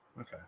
okay